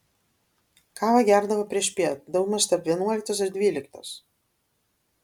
kavą gerdavo priešpiet daugmaž tarp vienuoliktos ir dvyliktos